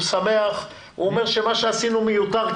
הוא אומר שמה שעשינו מיותר,